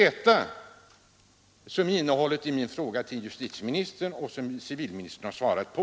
— Det är innehållet i min fråga till justitieministern, som civilministern svarat på.